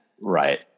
Right